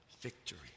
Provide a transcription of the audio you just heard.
victory